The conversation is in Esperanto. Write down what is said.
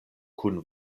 kun